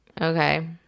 Okay